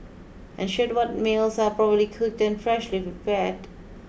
ensure what meals are properly cooked and freshly prepared